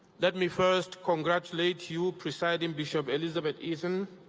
let me first congratulate you, presiding bishop elizabeth eaton,